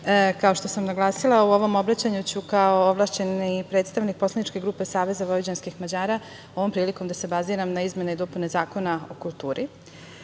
kao što sam naglasila u ovom obraćanju ću kao ovlašćeni predstavnik poslaničke grupe SVM ovom prilikom da se baziram na izmene i dopune zakona o kulturi. Naime,